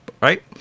right